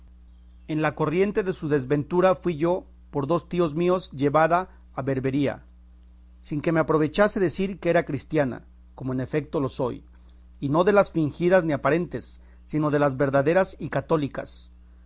en la corriente de su desventura fui yo por dos tíos míos llevada a berbería sin que me aprovechase decir que era cristiana como en efecto lo soy y no de las fingidas ni aparentes sino de las verdaderas y católicas